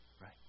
Right